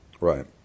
Right